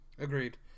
Agreed